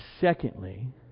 secondly